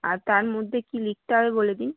আর তার মধ্যে কী লিখতে হবে বলে দিন